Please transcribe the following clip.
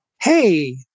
hey